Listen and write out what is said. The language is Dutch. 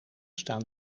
staan